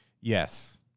Yes